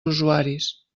usuaris